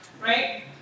right